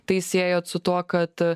tai siejot su tuo kad